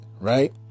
right